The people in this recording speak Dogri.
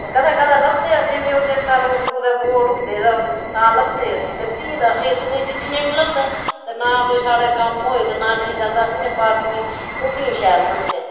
ते कदैं कदैं लभदे असें बी ओह् नेता लोक कुतै वोट होंदे तां तां लभदे असेंगी ते फ्ही तां असें इत्त कोई दिक्खने बी नी लभदा ते ना कोई साढ़ै कम्म होए ते ना गल्ल ते अस इयां पार्टियें कोह्कियें शैल मनचै